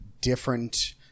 different